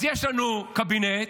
אז יש לנו קבינט